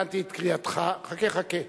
הבנתי את קריאתך חכה,